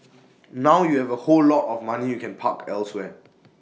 now you have A whole lot of money you can park elsewhere